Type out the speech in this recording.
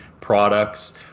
products